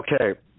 Okay